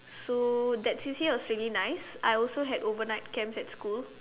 so that C_C_A was really nice I also had overnight camps at school